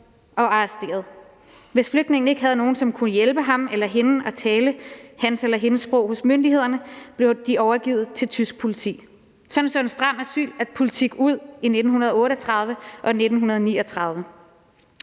og arresteret. Hvis flygtningen ikke havde nogen, som kunne hjælpe ham og tale hans sag hos myndighederne, blev han overgivet til tysk politi.« Sådan så en stram asylpolitik ud i 1938 og 1939.